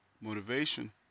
Motivation